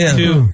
two